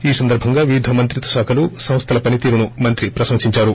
ఈ సందర్భంగా వివిధ మంత్రిత్వ శాఖలు సంస్లల పనితీరును మంత్రి ప్రశంసించారు